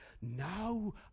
Now